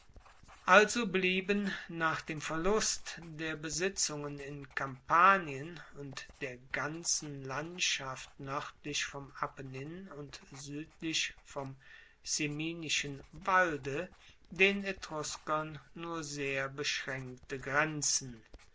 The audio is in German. also blieben nach dem verlust der besitzungen in kampanien und der ganzen landschaft noerdlich vom apennin und suedlich vom ciminischen walde den etruskern nur sehr beschraenkte grenzen